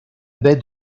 baie